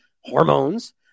hormones